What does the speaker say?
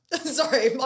Sorry